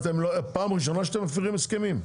מה, פעם ראשונה שאתם מפרים הסכמים?